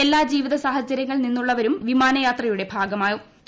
എല്ലാ ജീവിത സാഹചര്യങ്ങളിൽ നിന്നുള്ളവരും വിമാനയാത്രയുടെ ഭാഗമാകും